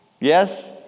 Yes